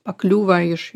pakliūva iš